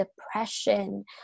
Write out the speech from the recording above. depression